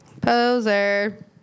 Poser